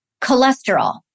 cholesterol